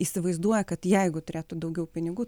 įsivaizduoja kad jeigu turėtų daugiau pinigų